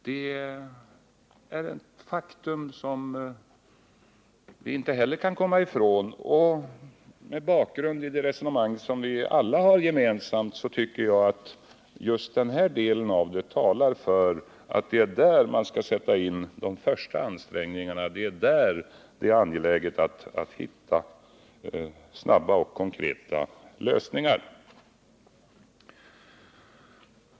Det är ett faktum som vi inte kan komma ifrån. Mot bakgrund av det resonemang som vialla har gemensamt tycker jag att just detta talar för att det är för denna grupp som man skall sätta in de första ansträngningarna, att det är för dessa människor som det är angeläget att hitta snabba och konkreta lösningar.